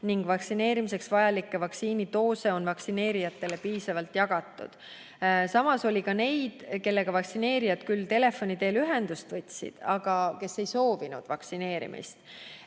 ning vaktsineerimiseks vajalikke vaktsiinidoose on vaktsineerijatele piisavalt jagatud. Samas oli ka neid, kellega vaktsineerijad küll telefoni teel ühendust võtsid, aga kes ei soovinud vaktsineerimist.